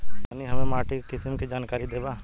तनि हमें माटी के किसीम के जानकारी देबा?